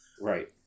Right